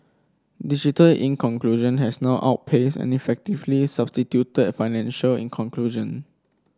digital in conclusion has now outpaced and effectively substituted financial in conclusion